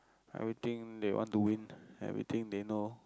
everything they want to win everything they know